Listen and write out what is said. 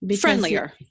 Friendlier